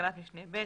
בתקנת משנה (ב),